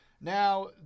now